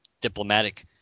diplomatic